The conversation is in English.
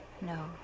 No